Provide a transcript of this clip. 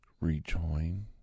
rejoin